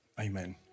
Amen